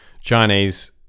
Chinese